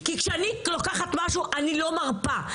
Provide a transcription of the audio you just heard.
כי כשאני לוקחת משהו אני לא מרפה.